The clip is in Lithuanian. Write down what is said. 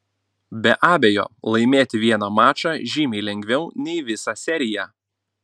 be abejo laimėti vieną mačą žymiai lengviau nei visą seriją